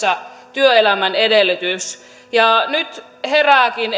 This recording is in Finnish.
työelämän edellytys nyt herääkin